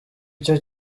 icyo